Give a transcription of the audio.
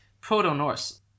Proto-Norse